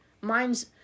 Mine's